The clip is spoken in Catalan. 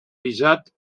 visat